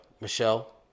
Michelle